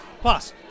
plus